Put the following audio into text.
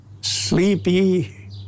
sleepy